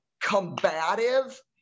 combative